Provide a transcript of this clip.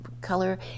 color